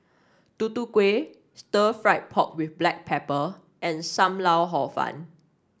Tutu Kueh Stir Fried Pork with Black Pepper and Sam Lau Hor Fun